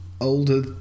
older